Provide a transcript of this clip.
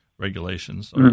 regulations